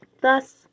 Thus